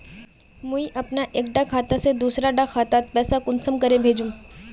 मुई अपना एक कुंडा खाता से दूसरा डा खातात पैसा कुंसम करे भेजुम?